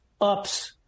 ups